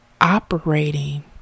operating